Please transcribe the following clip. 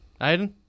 Aiden